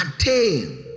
attain